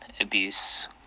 abuse